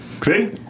See